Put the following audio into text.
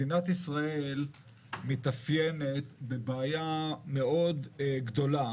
מדינת ישראל מתאפיינת בבעיה מאוד גדולה